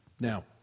Now